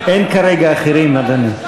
אין כרגע אחרים, אדוני.